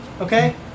okay